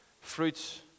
fruits